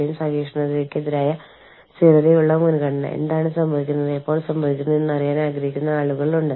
HR സംവിധാനങ്ങൾ ഓരോ രാജ്യത്തിനും വ്യത്യസ്തമാണ് ആളുകൾ വളരെ വ്യത്യസ്തമായ ചിന്താഗതികളിൽ നിന്നാണ് വരുന്നത് എന്ന വളരെ ലളിതമായ കാരണത്താൽ ആണ് ഇത്